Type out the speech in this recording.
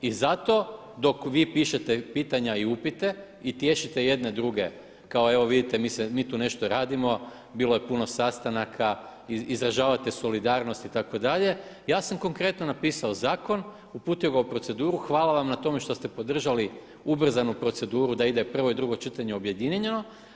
I zato dok vi pišete pitanja i upite i tješite jedne, druge kao evo vidite mi tu nešto radimo, bilo je puno sastanka, izražavate solidarnost itd. ja sam konkretno napisao zakon, uputio ga u proceduru, hvala vam na tome što ste podržali ubrzanu proceduru da ide prvo i drugo čitanje objedinjeno.